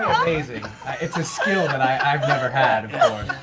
it's a skill that i've never had